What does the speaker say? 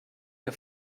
der